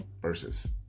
versus